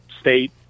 state